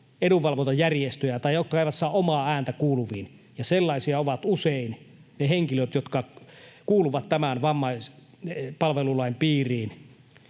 edunvalvontajärjestöjä tai jotka eivät saa omaa ääntään kuuluviin, ja sellaisia ovat usein ne henkilöt, jotka kuuluvat tämän vammaispalvelulain piiriin,